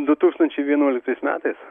du tūkstančiai vienuoliktais metais